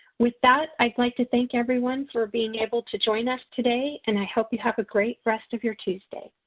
with that i would like to thank everyone for being able to join us today and i hope you have a great rest of your tuesday.